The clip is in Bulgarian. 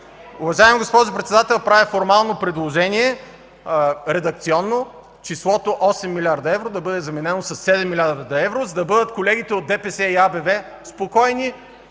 Уважаема госпожо Председател, правя формално предложение – редакционно: числото 8 млрд. евро да бъде заменено със 7 млрд. евро, за да бъдат колегите от ДПС и АБВ спокойни,